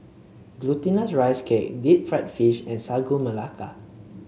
Glutinous Rice Cake Deep Fried Fish and Sagu Melaka